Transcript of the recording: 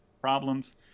problems